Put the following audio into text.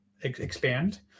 expand